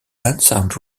unsound